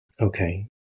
Okay